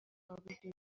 آبی